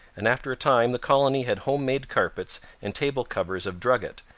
and after a time the colony had home-made carpets and table-covers of drugget,